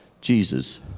Jesus